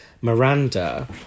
Miranda